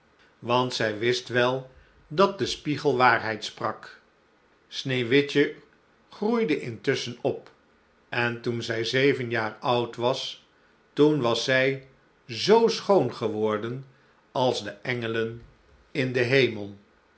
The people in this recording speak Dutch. want zij wist wel dat de spiegel waarheid sprak sneeuwwitje groeide intusschen op en toen zij zeven jaar oud was toen was zij zoo schoon geworden als de engelen in den hemel